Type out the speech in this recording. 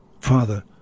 Father